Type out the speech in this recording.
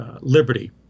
liberty